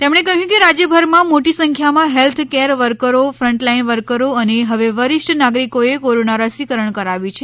તેમણે કહ્યું કે રાજ્યભરમાં મોટી સંખ્યામાં હેલ્થ કેર વર્કરો ફંટલાઇન વર્કરો અને હવે વરિષ્ઠ નાગરિકોએ કોરોના રસીકરણ કરાવ્યું છે